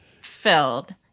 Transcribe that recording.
filled